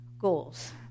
goals